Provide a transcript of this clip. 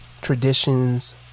traditions